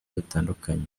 bitandukanye